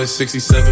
67